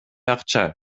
акча